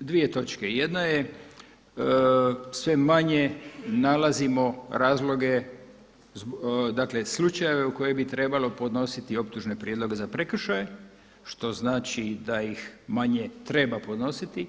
dvije točke, jedna je sve manje nalazimo razloge, dakle slučajeve u koje bi trebalo podnositi optužne prijedloge za prekršaje što znači da ih manje treba podnositi.